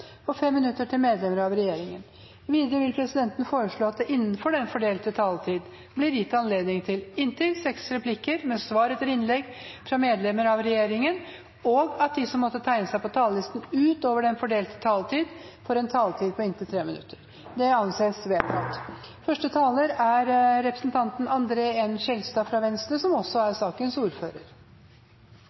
inntil fem replikker med svar etter innlegg fra partigruppenes hovedtalere og fra medlemmer av regjeringen innenfor den fordelte taletid. Videre blir det foreslått at de som måtte tegne seg på talerlisten utover den fordelte taletid, får en taletid på inntil 3 minutter. – Det anses vedtatt. I dag skal vi behandle en svært viktig melding, en melding som